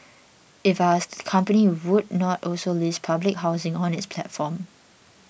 if asked the company would not also list public housing on its platform